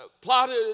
plotted